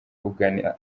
ugana